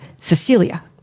Cecilia